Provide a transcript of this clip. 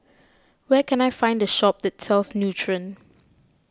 where can I find a shop that sells Nutren